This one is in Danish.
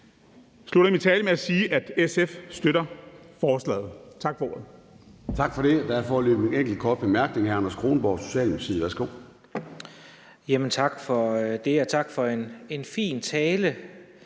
slutte min tale med at sige, at SF støtter forslaget. Tak for ordet.